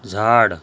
झाड